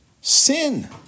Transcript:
Sin